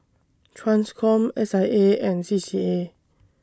TRANSCOM S I A and C C A